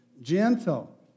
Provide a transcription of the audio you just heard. gentle